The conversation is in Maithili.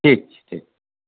ठीक छै